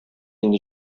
инде